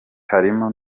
harimo